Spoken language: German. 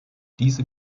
diese